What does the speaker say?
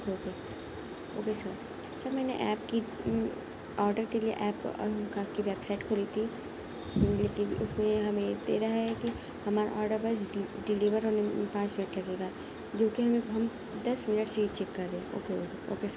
okay okay okay sir sir میں نے app کی آڈر کے لیے ایپ ان کا کی ویب سائٹ کھولی تھی لیکن اس میں ہمیں کہہ رہا ہے کہ ہمارا آڈر ڈلیور ہونے پانچ منٹ لگے گا جوکہ ہم دس منٹ سے یہی چیک کر رہے ہیں اوکے اوکے سر